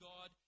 God